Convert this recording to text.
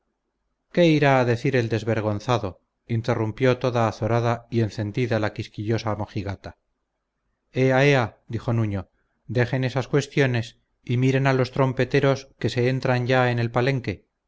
qué irá a decir el desvergonzado interrumpió toda azorada y encendida la quisquillosa mojigata ea ea dijo nuño dejen esas cuestiones y miren a los trompeteros que se entran ya en el palenque